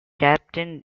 captain